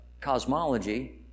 cosmology